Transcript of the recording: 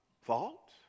fault